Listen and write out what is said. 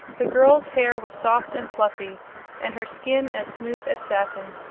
the girl's hair was soft and fluffy and her skin as smooth as satin.